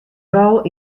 rol